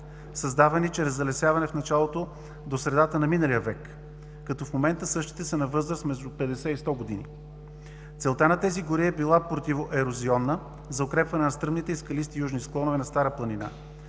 създавани чрез залесяване от началото до средата на миналия век, като в момента същите са на възраст между 50 и 100 години. Целта на тези гори е била противоерозионна, за укрепване на стръмните и скалисти южни склонове на Стара планина,